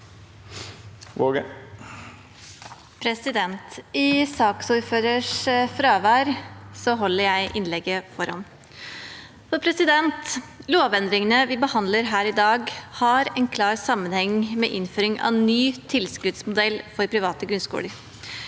(A) I saksordførerens fra- vær holder jeg innlegget for ham. Lovendringene vi behandler her i dag, har en klar sammenheng med innføring av ny tilskuddsmodell for private grunnskoler.